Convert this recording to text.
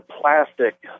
plastic